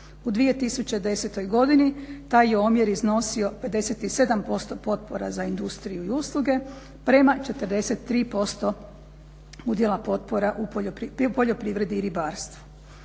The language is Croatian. U 2010.godini taj je omjer iznosio 57% potpora za industriju i usluge prema 43% udjela potpora poljoprivredi i ribarstvu.